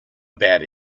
about